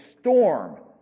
storm